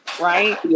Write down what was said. right